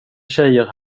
tjejer